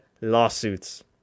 lawsuits